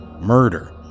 murder